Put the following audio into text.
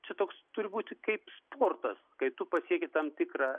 čia toks turi būti kaip sportas kai tu pasieki tam tikrą